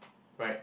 right